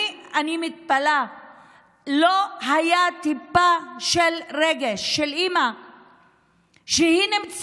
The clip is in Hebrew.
אני מתפלאת, לא הייתה טיפת רגש לאימא שנמצאת